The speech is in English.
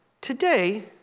today